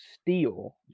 steal